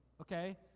okay